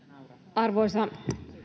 arvoisa